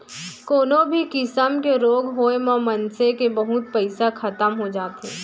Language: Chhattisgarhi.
कोनो भी किसम के रोग होय म मनसे के बहुत पइसा खतम हो जाथे